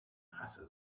hasse